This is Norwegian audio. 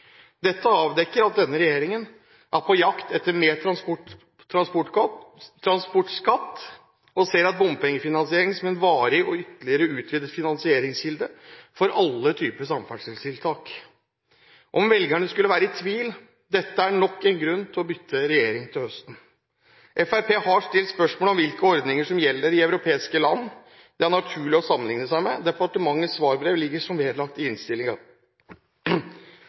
Dette avdekker at denne regjeringen er på jakt etter mer transportskatt og ser bompengefinansiering som en varig og ytterligere utvidet finansieringskilde for alle typer samferdselstiltak. Om velgerne skulle være i tvil: Dette er nok en grunn til å bytte regjering til høsten. Fremskrittspartiet har stilt spørsmål om hvilke ordninger som gjelder i europeiske land det er naturlig å sammenligne seg med. Departementets svarbrev ligger vedlagt i